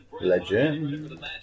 Legend